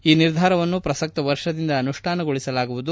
ಈ ನಿರ್ಧಾರವನ್ನು ಪ್ರಸಕ್ತ ವರ್ಷದಿಂದ ಅನುಷ್ಠಾನಗೊಳಿಸಲಾಗುವುದು